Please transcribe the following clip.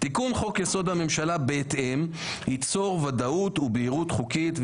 תיקון חוק-יסוד: הממשלה בהתאם ייצור ודאות ובהירות חוקית,